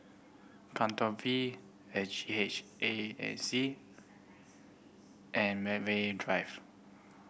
Katong V S G H A and E and Medway Drive